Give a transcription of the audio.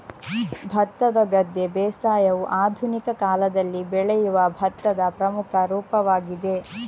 ಭತ್ತದ ಗದ್ದೆ ಬೇಸಾಯವು ಆಧುನಿಕ ಕಾಲದಲ್ಲಿ ಬೆಳೆಯುವ ಭತ್ತದ ಪ್ರಮುಖ ರೂಪವಾಗಿದೆ